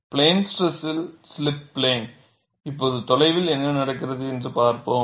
plane ஸ்ட்ரெஸில் slip plane இப்போது தொலைவில் என்ன நடக்கிறது என்று பார்ப்போம்